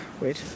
Wait